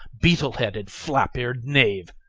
beetle-headed, flap-ear'd knave!